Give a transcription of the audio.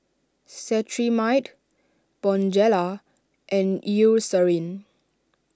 Cetrimide Bonjela and Eucerin